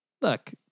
look